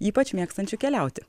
ypač mėgstančių keliauti